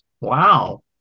Wow